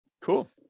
Cool